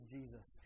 Jesus